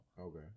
Okay